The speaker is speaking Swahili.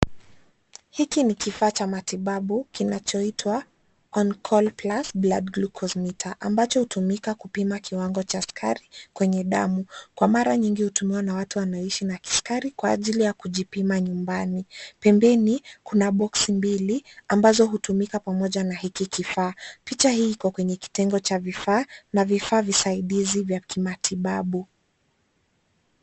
Hiki ni kifaa cha matibabu kunachoitwa (cs)On Call Plus Blood Glucose Meter(cs) ambacho hutumika kupima kiwango cha sukari kwenye damu. Kwa mara nyingi hutumiwa na watu wanaoishi na kisukari kwa ajili ya kujipima nyumbani. Pembeni kuna boksi mbili ambazo hutumika pamoja na hiki kifaa. Picha hii iko kwenye kitengo cha vifaa na vifaa visaidizi vya kimatibabu.